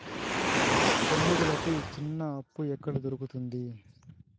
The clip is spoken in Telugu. పండుగలకి చిన్న అప్పు ఎక్కడ దొరుకుతుంది